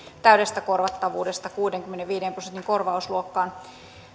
täydestä korvattavuudesta kuudenkymmenenviiden prosentin korvausluokkaan